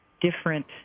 different